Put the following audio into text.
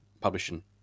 publishing